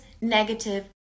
negative